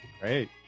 Great